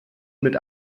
mit